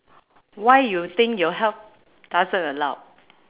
why you think your health doesn't allow